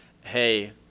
hey